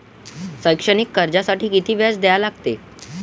शैक्षणिक कर्जासाठी किती व्याज द्या लागते?